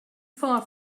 far